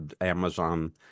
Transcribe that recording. Amazon